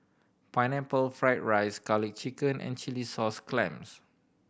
Pineapple Fried rice Garlic Chicken and chilli sauce clams